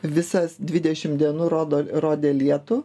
visas dvidešim dienų rodo rodė lietų